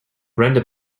brenda